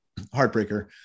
Heartbreaker